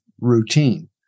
routine